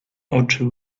oczy